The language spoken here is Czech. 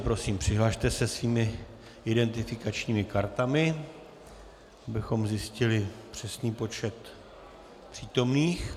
Prosím přihlaste se svými identifikačními kartami, abychom zjistili přesný počet přítomných.